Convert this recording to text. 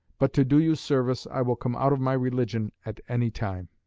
but to do you service i will come out of my religion at any time.